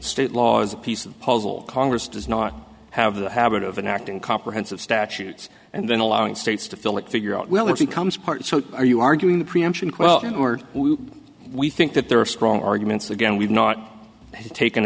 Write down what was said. state laws a piece of the puzzle congress does not have the habit of an act in comprehensive statutes and then allowing states to fill it figure out whether becomes part so are you arguing the preemption quelling or we think that there are strong arguments again we've not taken